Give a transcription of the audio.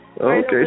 Okay